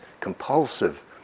compulsive